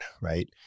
right